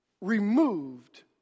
removed